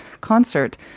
concert